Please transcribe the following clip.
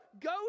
Go